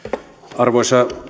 arvoisa